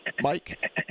mike